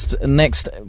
next